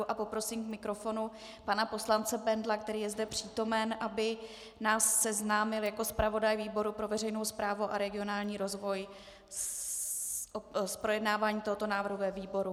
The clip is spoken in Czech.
A poprosím k mikrofonu pana poslance Bendla, který je zde přítomen, aby nás seznámil jako zpravodaj výboru pro veřejnou správu a regionální rozvoj s projednáváním tohoto návrhu ve výboru.